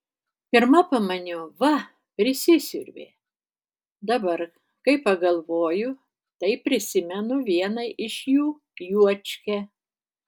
pirma pamaniau va prisisiurbė dabar kai pagalvoju tai prisimenu vieną iš jų juočkę